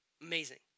Amazing